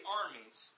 armies